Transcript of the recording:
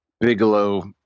Bigelow